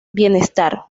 bienestar